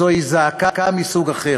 זוהי זעקה מסוג אחר,